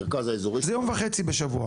זה יום וחצי בשבוע.